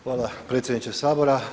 Hvala predsjedniče Sabora.